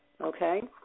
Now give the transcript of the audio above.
okay